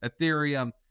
Ethereum